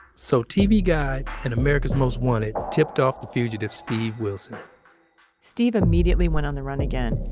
so, tv guide and america's most wanted tipped off the fugitive, steve wilson steve immediately went on the run again.